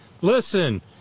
listen